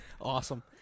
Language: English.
Awesome